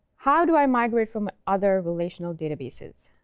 how do i migrate from other relational databases?